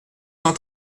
cent